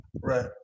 Right